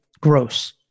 Gross